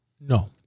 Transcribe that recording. No